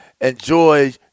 Enjoy